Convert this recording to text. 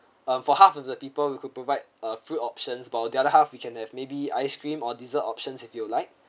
um for half of the people we could provide a fruit options while the other half we can have maybe ice cream or dessert options if you'd like